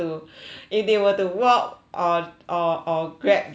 if they were to walk or or or Grab there